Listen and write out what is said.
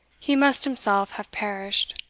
he must himself have perished.